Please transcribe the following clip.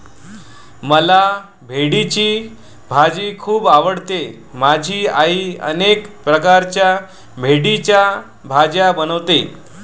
मला भेंडीची भाजी खूप आवडते माझी आई अनेक प्रकारच्या भेंडीच्या भाज्या बनवते